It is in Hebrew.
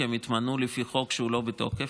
כי הם התמנו לפי חוק שהוא לא בתוקף?